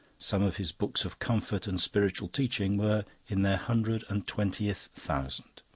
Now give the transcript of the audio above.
some of his books of comfort and spiritual teaching were in their hundred and twentieth thousand.